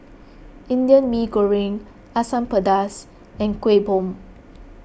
Indian Mee Goreng Asam Pedas and Kueh Bom